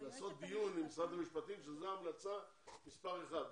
לעשות דיון עם משרד המשפטים שזו המלצה מספר אחת.